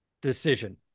decision